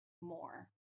more